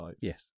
Yes